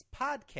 podcast